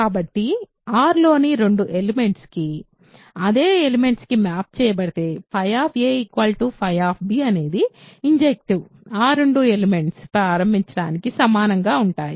కాబట్టి Rలోని రెండు ఎలిమెంట్స్కి అదే ఎలిమెంట్స్కి మ్యాప్ చేయబడితే అనేది ఇన్జెక్టివ్ ఆ రెండు ఎలెమెంట్స్ ప్రారంభించడానికి సమానంగా ఉంటాయి